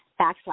Backslash